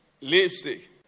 lipstick